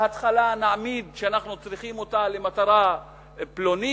בהתחלה נעמיד שאנחנו צריכים אותה למטרה פלונית,